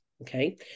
Okay